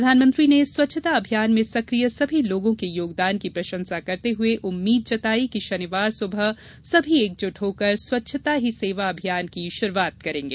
प्रधानमंत्री ने स्वच्छता अभियान में सक्रिय सभी लोगों के योगदान की प्रशंसा करते हुए उम्मीद जताई कि शनिवार सुबह सभी एकजुट होकर स्वच्छता ही सेवा अभियान की शुरुआत करेंगे